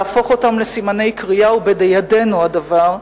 להפוך אותם לסימני קריאה, ובידנו הדבר,